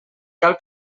cal